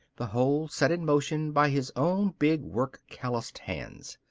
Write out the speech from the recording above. the whole set in motion by his own big work-callused hands.